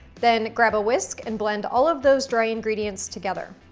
then, grab a whisk and blend all of those dry ingredients together.